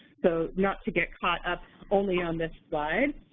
so not to get caught up only on this slide.